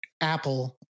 apple